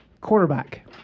Quarterback